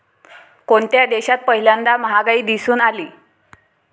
कोणत्या देशात पहिल्यांदा महागाई दिसून आली?